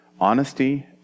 honesty